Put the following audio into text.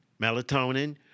Melatonin